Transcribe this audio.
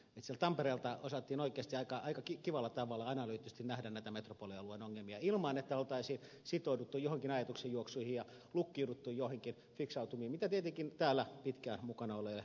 sieltä tampereelta osattiin oikeasti aika kivalla tavalla analyyttisesti nähdä näitä metropolialueen ongelmia ilman että olisi sitouduttu joihinkin ajatuksenjuoksuihin ja lukkiuduttu joihinkin fiksautumiin mitä tietenkin täällä pitkään mukana olleille helposti käy